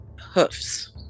hoofs